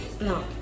No